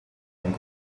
and